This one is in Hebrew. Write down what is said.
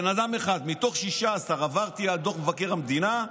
בן אדם אחד מתוך 16. עברתי על דוח מבקר המדינה,